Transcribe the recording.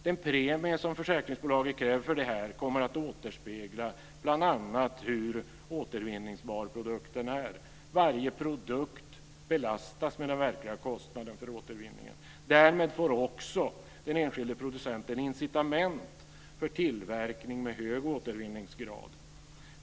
Den premie som försäkringsbolaget kräver för detta kommer att återspegla bl.a. hur återvinningsbar produkten är. Varje produkt belastas med den verkliga kostnaden för återvinningen. Därmed får också den enskilde producenten incitament för tillverkning med hög återvinningsgrad.